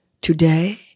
Today